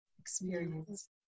experience